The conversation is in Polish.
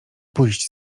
pójść